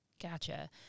Gotcha